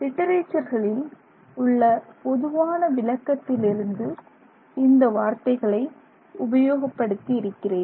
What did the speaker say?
லிட்டரேச்சர்களில் உள்ள பொதுவான விளக்கத்திலிருந்து இந்த வார்த்தைகளை உபயோகப் படுத்தி இருக்கிறேன்